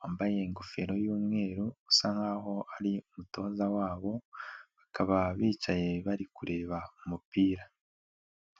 wambaye ingofero y'umweru usa nk'aho ari umutoza wabo, bakaba bicaye bari kureba umupira.